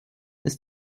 ist